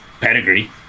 pedigree